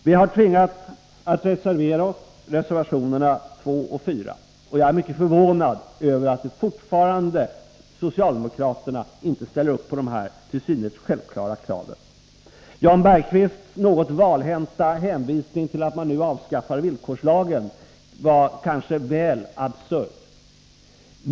Vi har tvingats att reservera oss i reservationerna 2 och 4. Jag är mycket förvånad över att socialdemokraterna fortfarande inte ställer upp på dessa till synes självklara krav. Jan Bergqvists något valhänta hänvisning till att man nu avskaffade villkorslagen var kanske väl absurd.